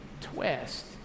twist